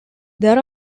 there